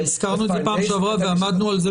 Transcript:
הזכרנו את זה בדיון הקודם ועמדנו על כך